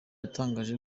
atangaje